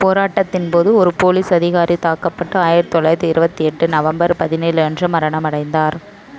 போராட்டத்தின்போது ஒரு போலீஸ் அதிகாரி தாக்கப்பட்டு ஆயிரத்து தொள்ளாயிரத்து இருபத்தி எட்டு நவம்பர் பதினேழு அன்று மரணமடைந்தார்